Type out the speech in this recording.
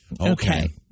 Okay